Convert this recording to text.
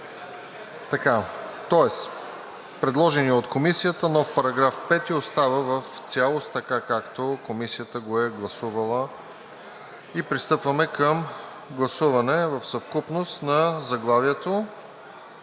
Тоест предложеният от Комисията нов § 5 остава в цялост така, както Комисията го е гласувала. И пристъпваме към гласуване в съвкупност на заглавието